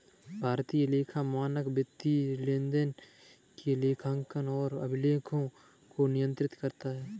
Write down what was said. भारतीय लेखा मानक वित्तीय लेनदेन के लेखांकन और अभिलेखों को नियंत्रित करता है